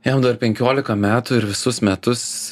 jam dar penkiolika metų ir visus metus